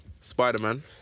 Spider-Man